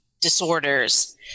disorders